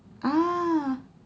ah